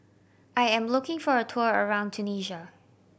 I am looking for a tour around Tunisia